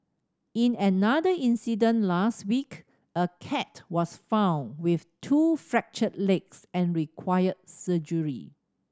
in another incident last week a cat was found with two fractured legs and required surgery